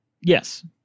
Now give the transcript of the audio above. Yes